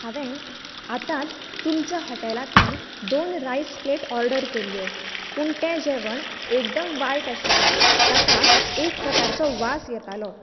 हांवेंन आतांच तुमच्या हॉटेलांतल्यान दोन रायस प्लेट ऑर्डर केल्ल्यो पूण तें जेवण एकदम वायट आशिल्लें ताका एक प्रकारचो वास येतालो